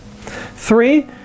Three